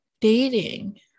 dating